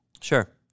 Sure